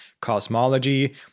cosmology